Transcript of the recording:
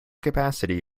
capacity